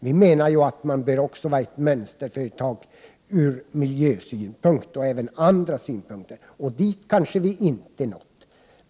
Jag menar att man bör också vara ett mönsterföretag ur miljösynpunkt och även ur andra synpunkter, och dit har vi kanske inte nått.